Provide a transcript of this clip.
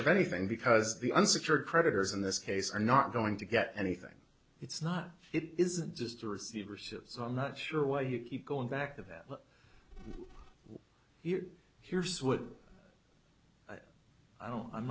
of anything because the unsecured creditors in this case are not going to get anything it's not it isn't just a receiver says i'm not sure why you keep going back to that but here's what i don't i'm